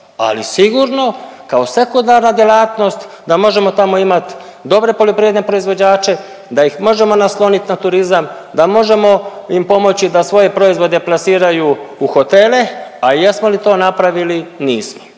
ali sigurno kao sekundarna djelatnost da možemo tamo imat dobre poljoprivredne proizvođače, da ih možemo naslonit na turizam, da možemo im pomoći da svoje proizvode plasiranju u hotele. A jesmo li to napravili? Nismo,